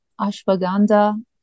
ashwagandha